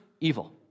evil